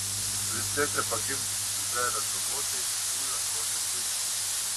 princesė pagimdžiusi dukrelę šarlotę iš tikrųjų atrodė puikiai